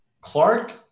Clark –